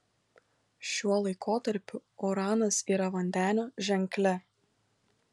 šiuo laikotarpiu uranas yra vandenio ženkle